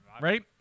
Right